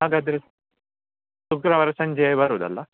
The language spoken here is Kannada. ಹಾಗಾದ್ರೆ ಶುಕ್ರವಾರ ಸಂಜೆ ಬರುದಲ್ಲ